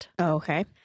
okay